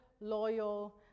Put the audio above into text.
loyal